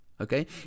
Okay